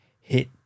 Hit